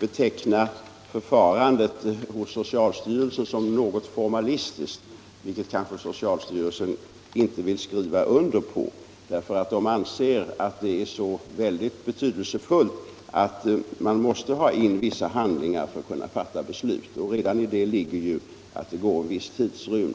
beteckna förfarandet hos socialstyrelsen som något formalistiskt. Det vill socialstyrelsen kanske inte skriva under, eftersom den anser att det är väldigt betydelsefullt att ha vissa handlingar för att kunna fatta beslut. Redan i det ligger ju att det går en viss tidrymd.